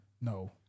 No